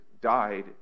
died